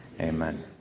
amen